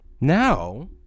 Now